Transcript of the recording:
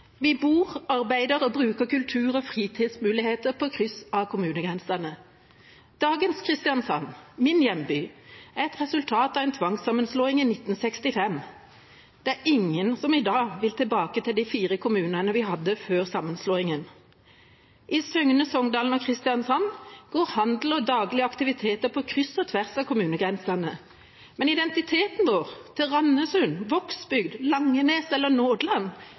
Vi bor, arbeider og bruker kultur- og fritidsmuligheter på kryss og tvers av kommunegrensene. Dagens Kristiansand, min hjemby, er et resultat av en tvangssammenslåing i 1965. Det er ingen som i dag vil tilbake til de fire kommunene vi hadde før sammenslåingen. I Søgne, Songdalen og Kristiansand går handel og daglige aktiviteter på kryss og tvers av kommunegrensene, men identiteten vår til Randesund, Vågsbygd, Langenes eller